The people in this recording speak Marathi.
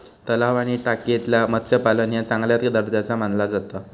तलाव आणि टाकयेतला मत्स्यपालन ह्या चांगल्या दर्जाचा मानला जाता